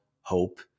Hope